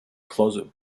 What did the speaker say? closet